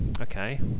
Okay